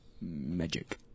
Magic